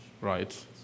Right